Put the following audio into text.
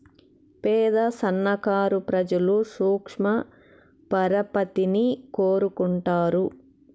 పేద సన్నకారు ప్రజలు సూక్ష్మ పరపతిని కోరుకుంటారు